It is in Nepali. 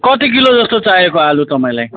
कति किलो जस्तो चाहिएको आलु तपाईँलाई